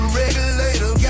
regulator